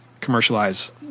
commercialize